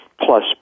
plus